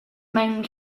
mewn